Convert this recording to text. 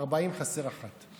40 חסר אחת.